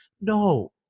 No